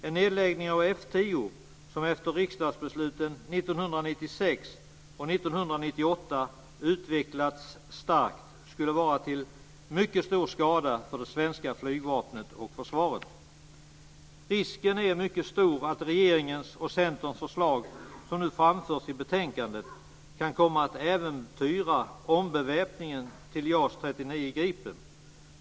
En nedläggning av F 10, som efter riksdagsbesluten 1996 och 1998 utvecklats starkt, skulle vara till mycket stor skada för det svenska flygvapnet och försvaret. Risken är mycket stor att regeringens och Centerns förslag som nu framförs i betänkandet kan komma att äventyra ombeväpningen till JAS 39 Gripen.